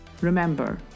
Remember